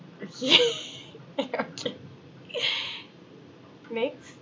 uh ye~ eh okay next